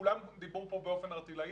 כולם דיברו פה באופן ערטילאי,